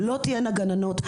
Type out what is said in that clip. לא תהיינה גננות.